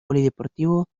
polideportivo